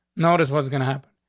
notice what's gonna happen.